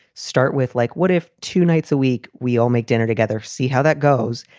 start with like what if two nights a week we all make dinner together, see how that goes.